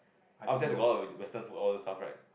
upstairs got a lot of western food all those stuff right